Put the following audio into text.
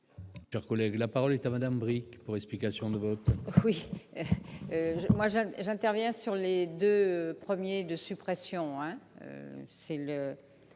la parole est à Madame Bricq pour explication. Moi